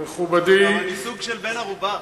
בן ערובה.